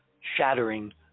shattering